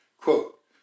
Quote